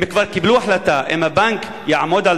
הם כבר קיבלו החלטה: אם הבנק יעמוד על